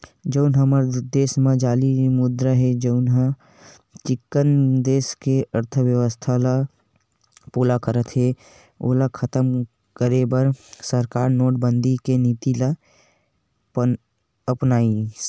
जउन हमर देस म जाली मुद्रा हे जउनहा चिक्कन देस के अर्थबेवस्था ल पोला करत हे ओला खतम करे बर सरकार नोटबंदी के नीति ल अपनाइस